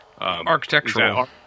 architectural